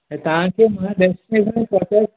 ऐं तव्हांखे मां डेस्टिनेशन ते पहुचाए